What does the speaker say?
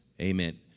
Amen